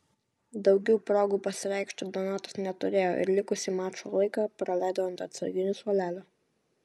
daugiau progų pasireikšti donatas neturėjo ir likusį mačo laiką praleido ant atsarginių suolelio